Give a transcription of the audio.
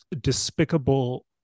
despicable